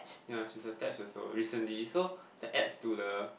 ya she's attached also recently so that adds to the